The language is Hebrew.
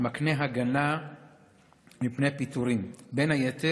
המקנה הגנה מפני פיטורים בין היתר